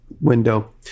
window